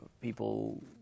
people